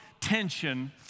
tension